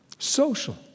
Social